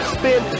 spin